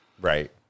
Right